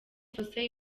fossey